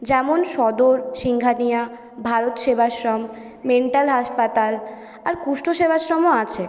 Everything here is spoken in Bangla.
যেমন সদর সিঙ্ঘানিয়া ভারত সেবাশ্রম মেন্টাল হাসপাতাল আর কুষ্ঠ সেবাশ্রমও আছে